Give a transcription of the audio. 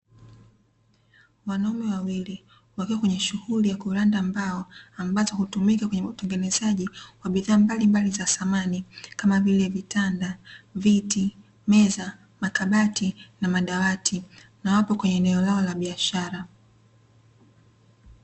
Wanaume wawili wakiwa kwenye shughuli ya kuranda mbao, ambazo hutumika kwenye utengenezaji wa bidhaa mbalimbali za samani, kama vile; vitanda, viti, meza, makabati na madawati, na wapo kwenye eneo lao la biashara.